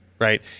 right